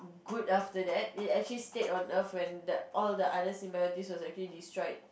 good after that it actually stayed on earth when the all the other symbiotic was actually destroyed